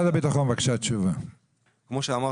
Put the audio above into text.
כמו שאמרתי,